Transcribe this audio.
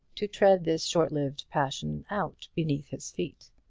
to tread this short-lived passion out beneath his feet.